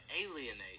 alienate